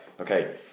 okay